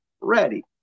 ready